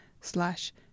slash